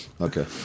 Okay